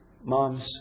Mom's